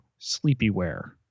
sleepyware